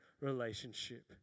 relationship